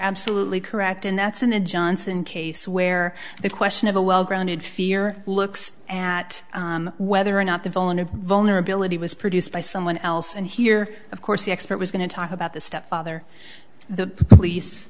absolutely correct and that's an end johnson case where the question of a well grounded fear looks at whether or not the voluntary vulnerability was produced by someone else and here of course the expert was going to talk about the stepfather the police